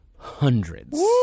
hundreds